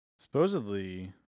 supposedly